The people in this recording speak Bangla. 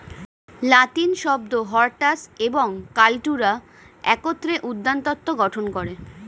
লাতিন শব্দ হরটাস এবং কাল্টুরা একত্রে উদ্যানতত্ত্ব গঠন করে